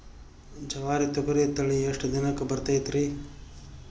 ಜವಾರಿ ತೊಗರಿ ತಳಿ ಎಷ್ಟ ದಿನಕ್ಕ ಬರತೈತ್ರಿ?